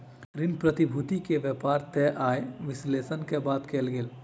ऋण प्रतिभूति के व्यापार तय आय विश्लेषण के बाद कयल गेल